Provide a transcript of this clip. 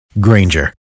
Granger